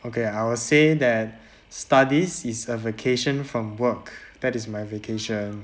okay I will say that studies is a vacation from work that is my vacation